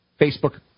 Facebook